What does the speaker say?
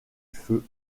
feu